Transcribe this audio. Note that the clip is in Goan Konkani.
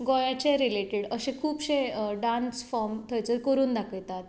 गोंयाचेर रिलेटेड अशे खुबशे डांस फॉर्म थंयसर करून दाखयतात